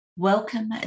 Welcome